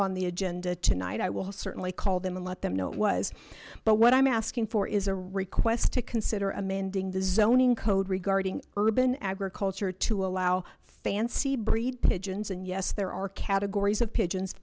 on the agenda tonight i will certainly call them and let them know it was but what i'm asking for is a request to consider amending the zoning code regarding urban agriculture to allow fancy breed pigeons and yes there are categories of pigeons